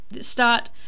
start